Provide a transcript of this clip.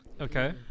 okay